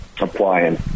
applying